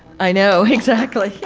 i know, exactly.